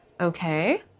Okay